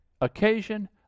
occasion